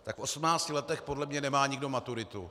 Tak v 18 letech podle mě nemá nikdo maturitu.